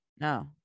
No